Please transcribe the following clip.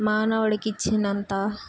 మానవుడికి ఇచ్చినంత